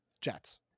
jets